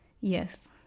Yes